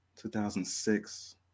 2006